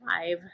five